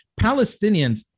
palestinians